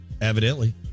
evidently